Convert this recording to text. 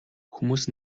хүмүүс